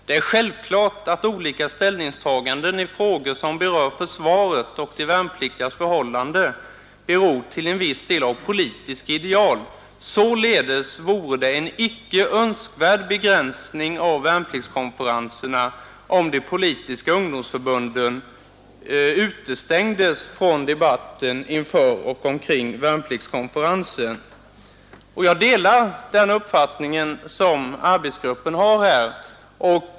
Det är självklart att olika ställningstaganden i frågor som berör försvaret och de värnpliktigas förhållanden beror till en viss del av politiska ideal. Således vore det en icke önskvärd begränsning av värnpliktskonferenserna om de politiska ungdomsförbunden utestängdes från debatten inför och omkring värnpliktskonferensen.” Jag delar den uppfattning som arbetsguppen har här.